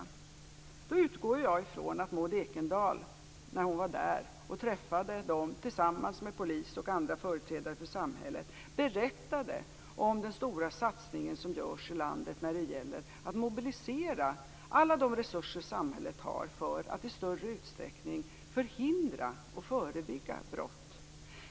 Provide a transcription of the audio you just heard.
Jag utgår från att Maud Ekendahl, när hon var där och träffade dem tillsammans med polis och andra företrädare för samhället, berättade om den stora satsning som görs i landet när det gäller att mobilisera alla de resurser samhället har för att i större utsträckning förhindra och förebygga brott.